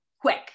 quick